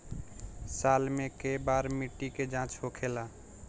साल मे केए बार मिट्टी के जाँच होखेला?